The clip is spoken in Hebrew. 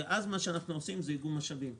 ואז מה שאנחנו עושים הוא איגום תקציבים.